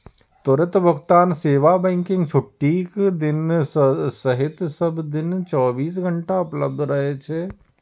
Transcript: त्वरित भुगतान सेवा बैंकक छुट्टीक दिन सहित सब दिन चौबीसो घंटा उपलब्ध रहै छै